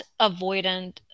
avoidant